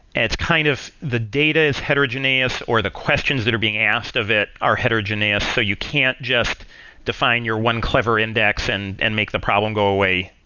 it's kind of the data is heterogeneous or the questions that are being asked of it are heterogeneous. so you can't just define your one clever index and and make the problem go away,